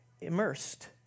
immersed